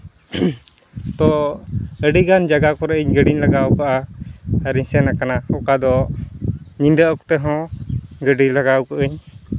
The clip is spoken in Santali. ᱛᱚ ᱟᱹᱰᱤᱜᱟᱱ ᱡᱟᱭᱜᱟ ᱠᱚᱨᱮᱜ ᱜᱟᱹᱰᱤᱧ ᱞᱟᱜᱟ ᱠᱟᱜᱼᱟ ᱟᱹᱨᱤᱧ ᱥᱮᱱ ᱠᱟᱱᱟ ᱚᱠᱟ ᱫᱚ ᱧᱤᱫᱟᱹ ᱚᱠᱛᱮ ᱦᱚᱸ ᱜᱟᱹᱰᱤ ᱞᱟᱜᱟᱣ ᱠᱟᱜ ᱟᱹᱧ